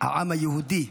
העם היהודי.